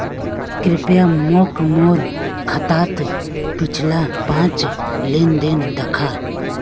कृप्या मोक मोर खातात पिछला पाँच लेन देन दखा